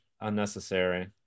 unnecessary